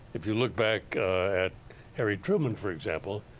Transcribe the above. if you look back at harry trueman, for example,